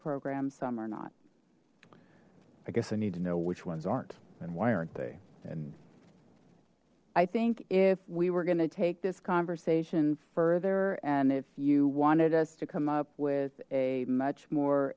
program some are not i guess i need to know which ones aren't and why aren't they and i think if we were going to take this conversation further and if you wanted us to come up with a much more